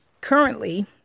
currently